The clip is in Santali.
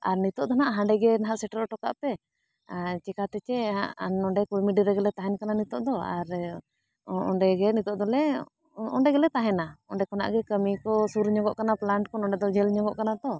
ᱟᱨ ᱱᱤᱛᱚᱜ ᱫᱚ ᱦᱟᱸᱜ ᱦᱟᱸᱰᱮᱜᱮ ᱱᱟᱦᱟᱸᱜ ᱥᱮᱴᱮᱨ ᱚᱴᱚᱠᱟᱜ ᱯᱮ ᱪᱤᱠᱟᱹᱛᱮ ᱥᱮ ᱱᱚᱰᱮ ᱠᱩᱲᱢᱤᱰᱤ ᱨᱮᱜᱮᱞᱮ ᱛᱟᱦᱮᱱ ᱠᱟᱱᱟ ᱱᱤᱛᱚᱜ ᱫᱚ ᱟᱨ ᱚᱸᱰᱮ ᱜᱮ ᱱᱤᱛᱚᱜ ᱫᱚᱞᱮ ᱚᱸᱰᱮ ᱜᱮᱞᱮ ᱛᱟᱦᱮᱱᱟ ᱚᱸᱰᱮ ᱠᱷᱚᱱᱟᱜ ᱜᱮ ᱠᱟᱹᱢᱤ ᱠᱚ ᱥᱩᱨ ᱧᱚᱜ ᱠᱟᱱᱟ ᱯᱞᱟᱱᱴ ᱠᱚ ᱱᱚᱰᱮ ᱫᱚ ᱡᱷᱟᱹᱞ ᱧᱚᱜᱚᱜ ᱠᱟᱱᱟ ᱛᱚ